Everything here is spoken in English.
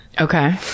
Okay